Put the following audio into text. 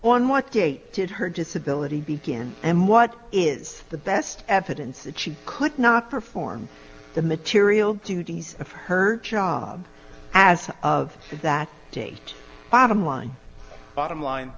on what date did her disability begin and what is the best evidence that she could not perform the material duties of her job as of that date bottom line bottom line